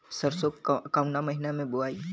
सरसो काउना महीना मे बोआई?